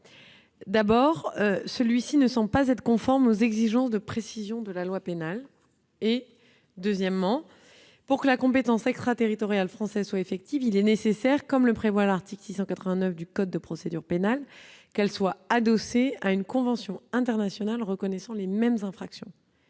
D'abord, il ne semble pas conforme aux exigences de précision de la loi pénale. Ensuite, pour que la compétence extraterritoriale française soit effective, il est nécessaire, comme le prévoit l'article 689 du code de procédure pénale, qu'elle soit adossée à une convention internationale reconnaissant les mêmes infractions.